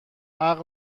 عقل